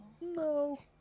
No